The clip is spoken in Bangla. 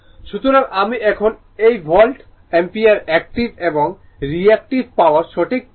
সুতরাং আমি এখন এই ভোল্ট অ্যাম্পিয়ার একটিভ এবং রিএক্টিভ পাওয়ার সঠিকভাবে পড়ব